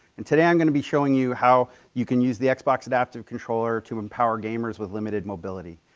and today i'm going to be showing you how you can use the xbox adaptive controller to empower games with limited mobility.